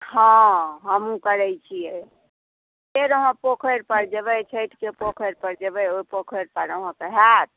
हॅं हमहुँ करै छियै फेर अहाँ पोखरि पर जबै छठिके पोखरि पर जेबै ओहि पोखरि पर अहाँके होयत